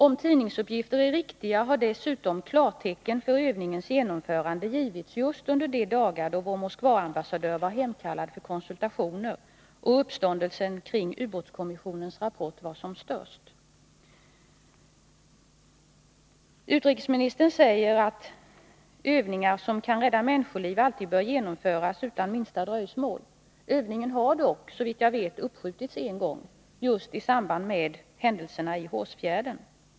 Om tidningsuppgifter är riktiga har dessutom klartecken för övningens genomförande givits just under de dagar då vår Moskvaambassadör var hemkallad för konsultationer och uppståndelsen kring ubåtskommissionens rapport var som störst. Utrikesministern säger att övningar som kan rädda människoliv alltid bör genomföras utan minsta dröjsmål. Övningen har dock, såvitt jag vet, uppskjutits en gång, just i samband med händelserna i Hårsfjärden.